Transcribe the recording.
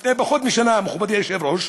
לפני פחות משנה, מכובדי היושב-ראש,